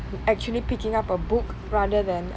actually picking up a book rather than